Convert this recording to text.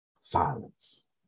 Silence